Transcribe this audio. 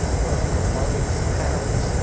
for ah mothers, parents,